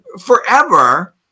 forever